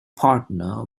partner